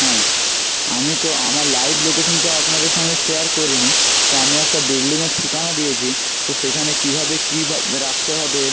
হ্যাঁ আমি তো আমার লাইভ লোকেশান তো আপনাদের সঙ্গে শেয়ার করি নি তো আমি একটা বিল্ডিংয়ের ঠিকানা দিয়েছি তো সেখানে কীভাবে কীভাবে রাখতে হবে